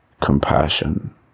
compassion